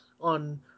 on